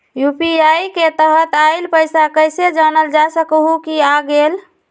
UPI के तहत आइल पैसा कईसे जानल जा सकहु की आ गेल?